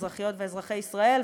אזרחיות ואזרחי ישראל,